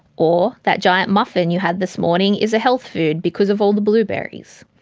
or that giant muffin you had this morning is a health food because of all the blueberries.